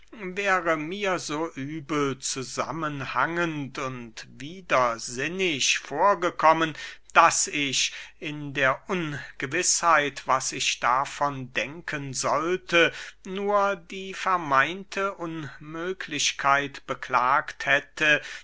wäre mir so übel zusammenhängend und widersinnisch vorgekommen daß ich in der ungewißheit was ich davon denken sollte nur die vermeinte unmöglichkeit beklagt hätte